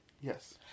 Yes